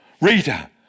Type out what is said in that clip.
Reader